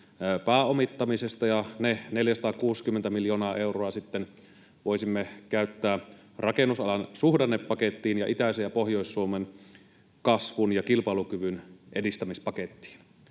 pääomittamisesta ja ne 460 miljoonaa euroa sitten voisimme käyttää rakennusalan suhdannepakettiin ja itäisen ja Pohjois-Suomen kasvun ja kilpailukyvyn edistämispakettiin.